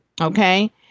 Okay